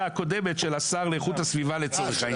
הקודמת של השר לאיכות הסביבה לצורך העניין.